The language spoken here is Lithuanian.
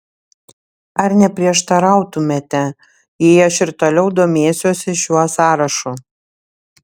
ar neprieštarautumėte jei aš ir toliau domėsiuosi šiuo sąrašu